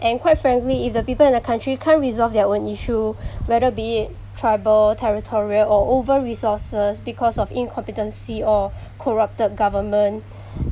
and quite frankly if the people in the country can't resolve their own issues whether be it tribal territorial or over resources because of incompetency or corrupted government